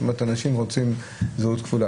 זאת אומרת אנשים רוצים זהות כפולה.